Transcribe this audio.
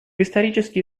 исторически